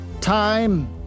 time